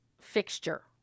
fixture